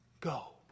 go